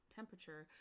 temperature